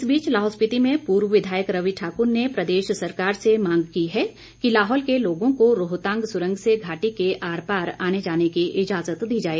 इस बीच लाहौल स्पिति मे पूर्व विधायक रवि ठाकुर ने प्रदेश सरकार से मांग की है कि लाहौल के लोगों का रोहतां सुरंग से घाटी के आर पार आने जाने की इजाज़त दी जाए